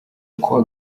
kuwa